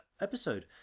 episode